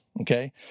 okay